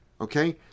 Okay